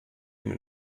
mit